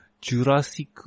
Jurassic